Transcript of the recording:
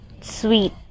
sweet